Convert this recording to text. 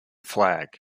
flag